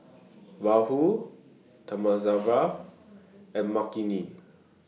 Rahul Thamizhavel and Makineni